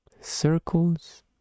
circles